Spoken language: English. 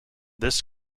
this